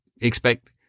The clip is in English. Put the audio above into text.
expect